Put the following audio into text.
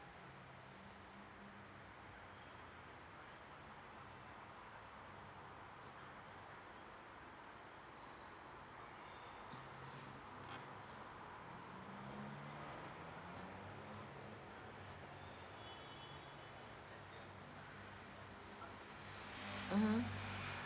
mmhmm